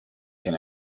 can